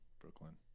Brooklyn